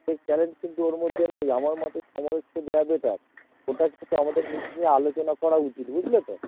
ওই ট্যালেন্ট কিন্তু ওর মধ্যে নেই আমার মতে সমরেশকে দেওয়া বেটার ওটা কিন্তু আমাদের মধ্যে আলোচনা করা উচিত বুঝলে তো